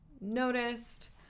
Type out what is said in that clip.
noticed